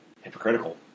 hypocritical